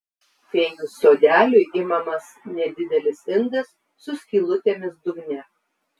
fėjų sodeliui imamas nedidelis indas su skylutėmis dugne